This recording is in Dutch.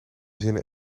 zinnen